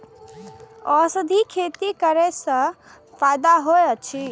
औषधि खेती करे स फायदा होय अछि?